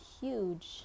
huge